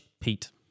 Pete